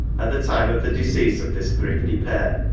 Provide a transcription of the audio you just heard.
at the time of the decease of this thrifty pair,